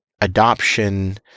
adoption